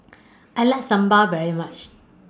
I like Sambal very much